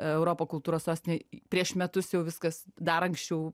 europa kultūros sostinė prieš metus jau viskas dar anksčiau